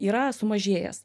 yra sumažėjęs